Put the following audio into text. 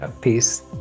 peace